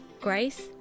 grace